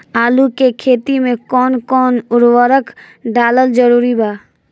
आलू के खेती मे कौन कौन उर्वरक डालल जरूरी बा?